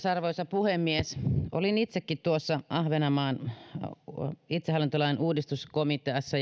arvoisa puhemies olin itsekin tuossa ahvenanmaan itsehallintolain uudistuskomiteassa